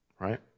right